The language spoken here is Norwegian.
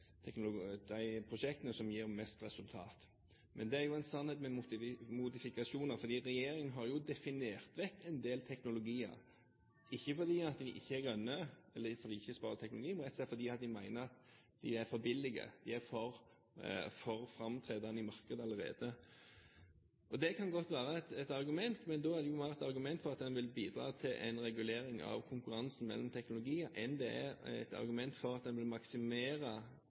til de prosjektene som gir mest resultat. Men det er jo en sannhet med modifikasjoner, for regjeringen har jo definert vekk en del teknologier, ikke fordi de ikke er grønne, eller fordi de ikke sparer teknologi, men rett og slett fordi regjeringen mener de er for billige, de er for framtredende i markedet allerede. Det kan godt være et argument, men da er det jo mer et argument for at en vil bidra til en regulering av konkurransen mellom teknologier enn det er et argument for at en vil maksimere energisparingen. Da er spørsmålet mitt – og det blir